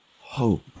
hope